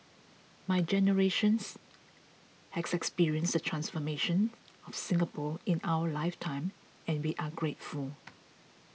my generations has experienced the transformation of Singapore in our life time and we are grateful